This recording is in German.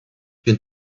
bin